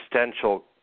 existential